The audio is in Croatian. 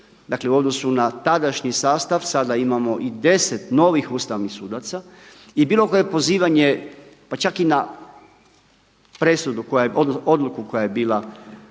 dakle, u odnosu na tadašnji sastav sada imamo i deset novih ustavnih sudaca, i bilo koje pozivanje, pa čak i na odluku koja je bila